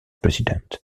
president